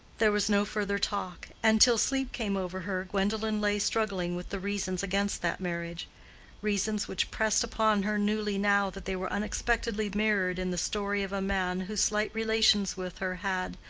there was no further talk, and till sleep came over her gwendolen lay struggling with the reasons against that marriage reasons which pressed upon her newly now that they were unexpectedly mirrored in the story of a man whose slight relations with her had,